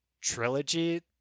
trilogy